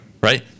Right